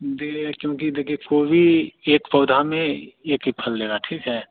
देलेगा क्योंकि देखिए फोबी एक पौधा में एक ही फल देगा ठीक है